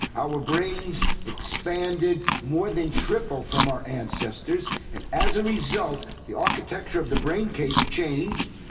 our brains expanded more than triple from our ancestors, and as a result the architecture of the braincase changed,